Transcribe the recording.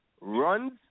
runs